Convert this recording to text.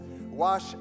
wash